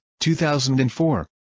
2004